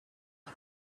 you